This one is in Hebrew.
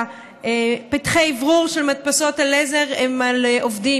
כשפתחי האוורור של מדפסות הלייזר הם על עובדים.